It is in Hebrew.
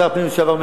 שר הפנים לשעבר,